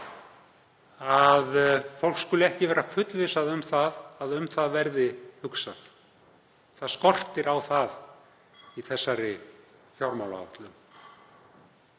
að fólk skuli ekki vera fullvissað um að um það verði hugsað. Það skortir á það í þessari fjármálaáætlun.